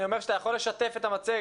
אני אומר שאתה יכול לשתף את המצגת.